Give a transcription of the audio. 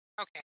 Okay